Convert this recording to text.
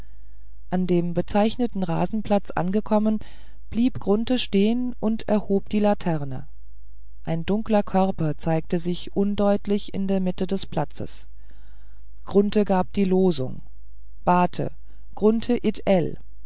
an dem bezeichneten rasenplatz angekommen blieb grunthe stehen und erhob die laterne ein dunkler körper zeigte sich undeutlich in der mitte des platzes grunthe gab die losung bate